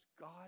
God